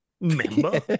Member